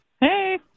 Hey